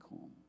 home